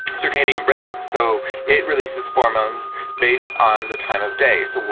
circadian rhythm. so it releases hormones based on the time of day. so